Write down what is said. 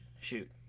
Shoot